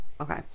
Okay